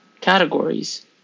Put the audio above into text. categories